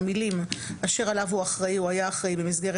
המילים "אשר עליו הוא אחראי או היה אחראי במסגרת